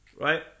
right